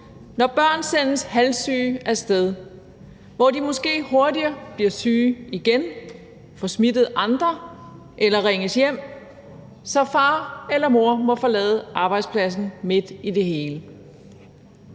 når børn sendes halvsyge af sted, da de måske hurtigere bliver syge igen, får smittet andre eller ringes hjem, så far eller mor må forlade arbejdspladsen midt i det hele.